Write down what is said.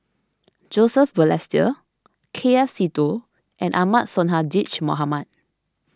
Joseph Balestier K F Seetoh and Ahmad Sonhadji Mohamad